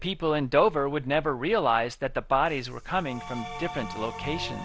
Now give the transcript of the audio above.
people in dover would never realize that the bodies were coming from different locations